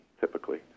typically